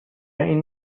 این